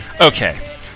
Okay